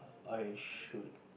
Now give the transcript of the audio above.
I should